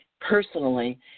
personally